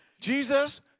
Jesus